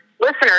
listeners